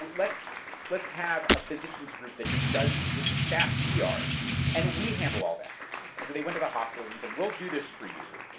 let's let's have a physicians group that just does the staff's e r s and we handle all that. and so they went to the hospitals and said, we'll do this for you.